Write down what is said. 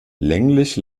länglich